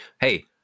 hey